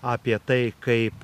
apie tai kaip